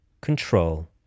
Control